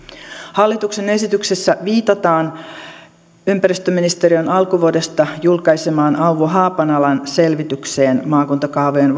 hallituksen esityksessä viitataan ympäristöministeriön alkuvuodesta julkaisemaan auvo haapanalan selvitykseen maakuntakaavojen